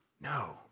No